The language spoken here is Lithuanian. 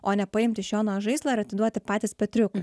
o ne paimt iš jono žaislą ir atiduoti patys petriukui